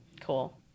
Cool